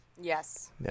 Yes